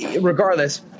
regardless